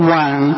one